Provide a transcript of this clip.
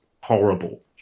horrible